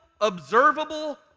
observable